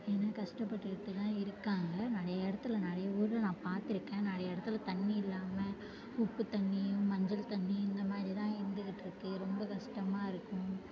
ஏன்னால் கஷ்டப்பட்டுகிட்டுதான் இருக்காங்க நிறைய இடத்துல நிறைய ஊரில் நான் பார்த்துருக்கேன் நிறைய இடத்துல தண்ணி இல்லாமல் உப்பு தண்ணியும் மஞ்சள் தண்ணி இந்த மாதிரிதான் இருந்துகிட்டு இருக்குது ரொம்ப கஷ்டமாக இருக்கும்